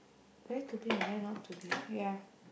where to be and where not to be ya